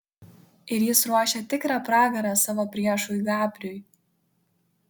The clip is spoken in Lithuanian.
ir jis ruošia tikrą pragarą savo priešui gabriui